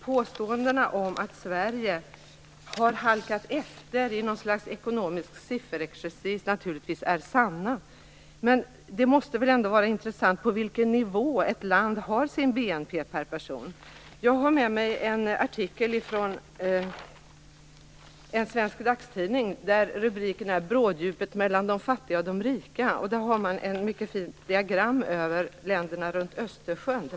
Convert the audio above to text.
Påståendena om att Sverige har halkat efter i något slags ekonomisk sifferexercis är naturligtvis sanna. Men det måste väl ändå vara intressant på vilken nivå ett land har sin BNP per person? Jag har med mig en artikel från en svensk dagstidning. Rubriken är: Bråddjupet mellan de fattiga och de rika. Det finns ett mycket fint diagram över länderna runt Östersjön.